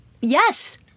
Yes